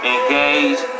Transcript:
engage